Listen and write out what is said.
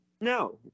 No